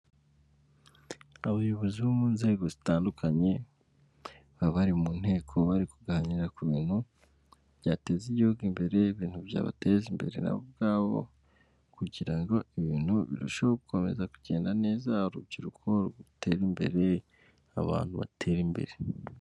Abayobozi bo mu nzego zitandukanye baba mu nteko bari kuganira ku bintu byateza igihugu imbere ibintu byabateza imbere ubwabo kugira ngo ibintu birusheho gukomeza kugenda neza urubyiruko ruterare imbere abantu baterare imbere.